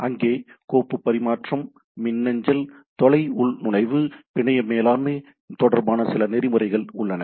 அங்கே கோப்பு பரிமாற்றம் மின்னஞ்சல் தொலை உள்நுழைவு பிணைய மேலாண்மை தொடர்பான சில நெறிமுறைகள் உள்ளன